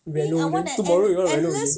reno then tomorrow you want to reno